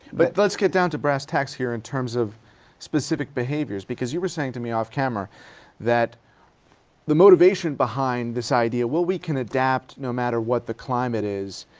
but let's get down brass tacks here, in terms of specific behaviors, because you were saying to me off-camera that the motivation behind this idea, well, we can adapt no matter what the climate is,